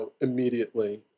immediately